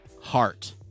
heart